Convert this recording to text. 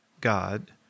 God